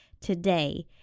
today